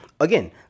again